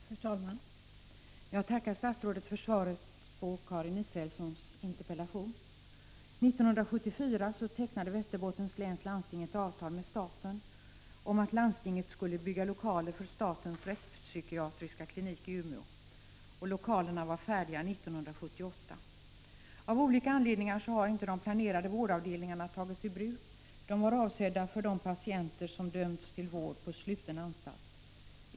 Fru talman! Jag tackar statsrådet för svaret på Karin Israelssons interpellation. 1974 tecknade Västerbottens läns landsting ett avtal med staten om att landstinget skulle bygga lokaler för statens rättspsykiatriska klinik i Umeå. Lokalerna var färdiga 1978. Av olika anledningar har inte de planerade vårdavdelningarna tagits i bruk. De var avsedda för de patienter som dömts till vård på sluten anstalt.